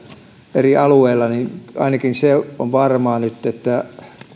eri alueilla niin ainakin se on nyt varmaa että